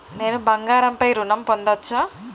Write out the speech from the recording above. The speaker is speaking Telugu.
నేను బంగారం పై ఋణం పొందచ్చా?